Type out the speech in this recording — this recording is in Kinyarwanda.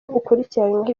ukurikiranyweho